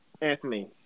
Anthony